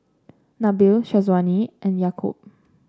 Nabil Syazwani and Yaakob